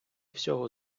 всього